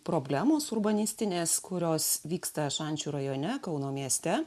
problemos urbanistinės kurios vyksta šančių rajone kauno mieste